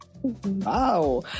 Wow